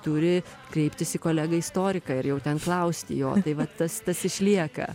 turi kreiptis į kolegą istoriką ir jau ten klausti jo tai va tas tas išlieka